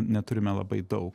neturime labai daug